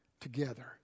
together